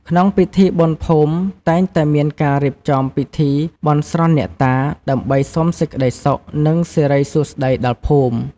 ក្នុងពិធីបុណ្យភូមិ តែងតែមានការរៀបចំពិធីបន់ស្រន់អ្នកតា ដើម្បីសុំសេចក្ដីសុខ និងសិរីសួស្ដីដល់ភូមិ។